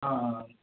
ਹਾਂ